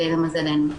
למזלנו.